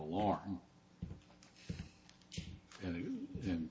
alarm and